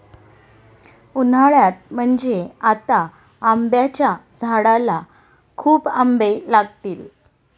उन्हाळ्यात म्हणजे आता आंब्याच्या झाडाला खूप आंबे लागतील